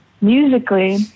Musically